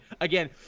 again